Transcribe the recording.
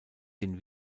den